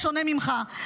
בשונה ממך,